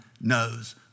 knows